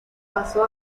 pasó